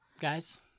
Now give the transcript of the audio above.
Guys